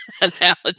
analogy